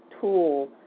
tool